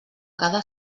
cada